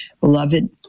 Beloved